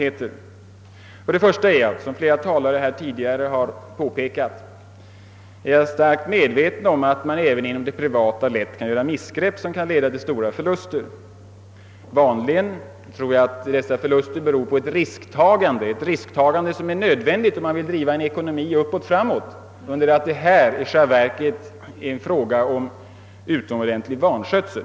Först och främst är jag, liksom flera tidigare talare, starkt medveten om att man även inom det privata kan göra missgrepp som kan leda till stora förluster. Vanligen tror jag att dessa förluster beror på risktagande som är nödvändigt om man vill driva en ekonomi uppåt-framåt, under det att det här i själva verket är fråga om utomordentlig vanskötsel.